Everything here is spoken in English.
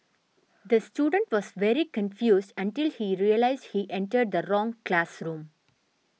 the student was very confused until he realised he entered the wrong classroom